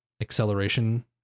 acceleration